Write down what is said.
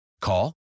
Call